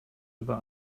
über